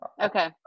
okay